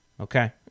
Okay